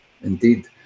Indeed